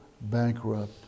bankrupt